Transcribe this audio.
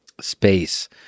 space